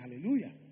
Hallelujah